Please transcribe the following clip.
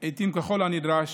עיתיים ככל הנדרש.